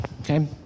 okay